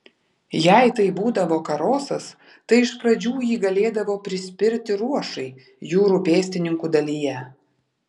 jei tai būdavo karosas tai iš pradžių jį galėdavo prispirti ruošai jūrų pėstininkų dalyje